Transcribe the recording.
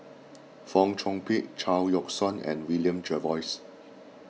Fong Chong Pik Chao Yoke San and William Jervois